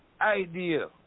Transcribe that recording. idea